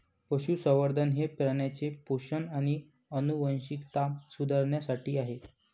पशुसंवर्धन हे प्राण्यांचे पोषण आणि आनुवंशिकता सुधारण्यासाठी आहे